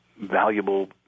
valuable